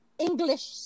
English